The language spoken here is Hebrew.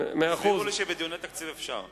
סיפרו לי שבדיוני תקציב אפשר.